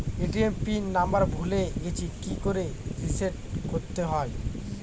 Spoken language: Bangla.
এ.টি.এম পিন নাম্বার ভুলে গেছি কি করে রিসেট করতে হয়?